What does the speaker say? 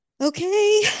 okay